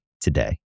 today